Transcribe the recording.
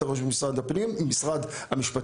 הרישוי שלה ממשרד הפנים עם משרד המשפטים,